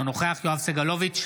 אינו נוכח יואב סגלוביץ'